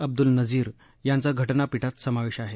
अब्दुल नजीर यांचा घटनापीठात समावेश आहे